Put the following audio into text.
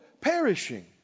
perishing